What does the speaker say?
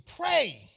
pray